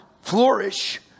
flourish